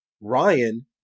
Ryan